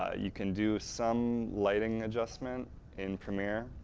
ah you can do some lighting adjustment in premiere.